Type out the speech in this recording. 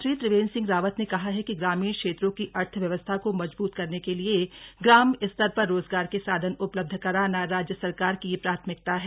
मुख्यमंत्री त्रिवेन्द्र सिंह रावत ने कहा है कि ग्रामीण क्षेत्रों की अर्थव्यवस्था को मजबूत करने के लिए ग्राम स्तर पर रोजगार के साधन उपलब्ध कराना राज्य सरकार की प्राथमिकता है